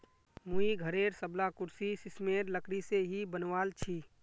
मुई घरेर सबला कुर्सी सिशमेर लकड़ी से ही बनवाल छि